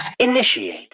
Initiate